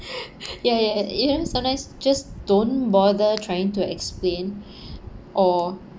ya ya you know sometimes just don't bother trying to explain or